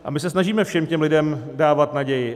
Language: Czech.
A my se snažíme všem těm lidem dávat naději.